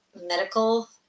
medical